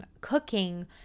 cooking